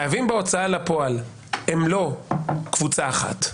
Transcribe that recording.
חייבים בהוצאה לפועל הם לא קבוצה אחת.